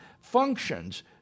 functions